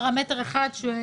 פרמטר אחד.